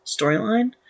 storyline